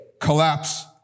collapse